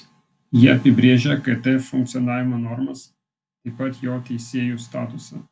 jie apibrėžia kt funkcionavimo normas taip pat jo teisėjų statusą